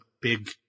big